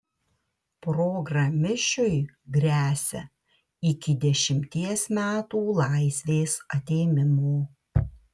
programišiui gresia iki dešimties metų laisvės atėmimo